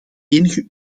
enige